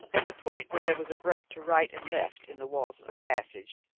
at the point where there was a break to right and left in the walls of the passage,